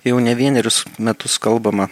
jau ne vienerius metus kalbama